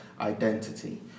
identity